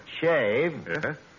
shave